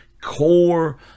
core